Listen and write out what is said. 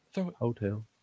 hotel